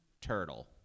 turtle